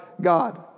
God